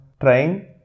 trying